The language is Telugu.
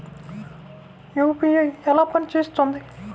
యూ.పీ.ఐ ఎలా పనిచేస్తుంది?